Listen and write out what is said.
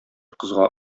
кызга